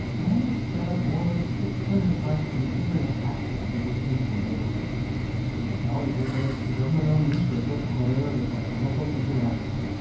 and it's set up more than six hundred high-speed internet access centers in poor neighborhoods eva golinger edits the government-owned newspaper correo de orinoco international.